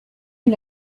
and